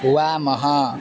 वामः